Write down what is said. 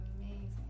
amazing